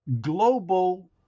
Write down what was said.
global